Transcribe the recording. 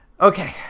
Okay